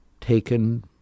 taken